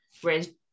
whereas